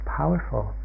powerful